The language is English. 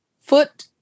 foot